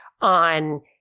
on